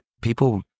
people